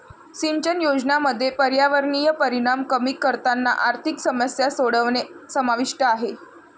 सिंचन योजनांमध्ये पर्यावरणीय परिणाम कमी करताना आर्थिक समस्या सोडवणे समाविष्ट आहे